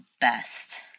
best